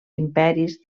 imperis